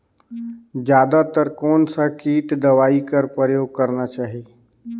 जादा तर कोन स किट दवाई कर प्रयोग करना चाही?